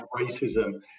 racism